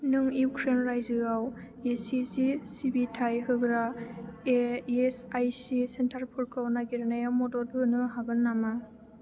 नों इउक्रेन रायजोआव इचिजि सिबिथाय होग्रा एएसआईसि सेन्टारफोरखौ नागिरनायाव मदद होनो हागोन नामा